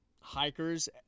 hikers